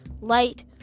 light